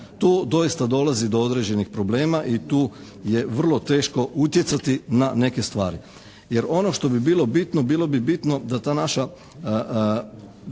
tu je vrlo teško utjecati na neke stvari. Jer ono što bi bilo bitno, bilo bi bitno da ta naša